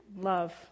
love